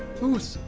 who's.